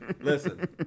listen